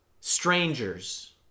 strangers